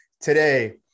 today